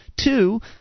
Two